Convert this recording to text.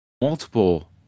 multiple